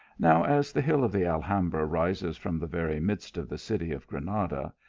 now, as the hill of the alhambra rises from the very midst of the city of granada,